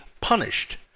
punished